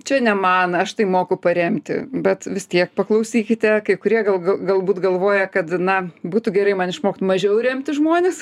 čia ne man aš tai moku paremti bet vis tiek paklausykite kai kurie gal galbūt galvoja kad na būtų gerai man išmokt mažiau remti žmones